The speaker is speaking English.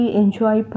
enjoy